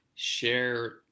share